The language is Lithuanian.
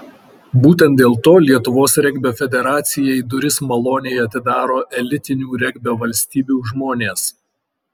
būtent dėl to lietuvos regbio federacijai duris maloniai atidaro elitinių regbio valstybių žmonės